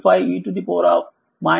75 0